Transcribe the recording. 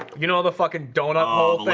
you know the fucking donut oh